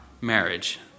marriage